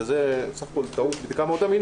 שזה בסך הכול בדיקה אמינה מאוד,